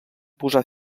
posar